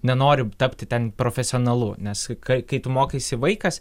nenori tapti ten profesionalu nes kai kai tu mokaisi vaikas